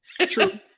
true